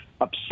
upset